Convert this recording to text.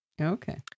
Okay